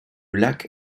lac